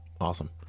Awesome